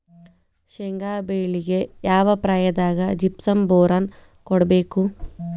ಶೇಂಗಾ ಬೆಳೆಗೆ ಯಾವ ಪ್ರಾಯದಾಗ ಜಿಪ್ಸಂ ಬೋರಾನ್ ಕೊಡಬೇಕು?